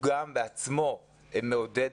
אנחנו רואים בתקנה הזאת הזדמנות משמעותית